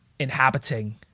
inhabiting